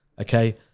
Okay